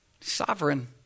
sovereign